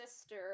sister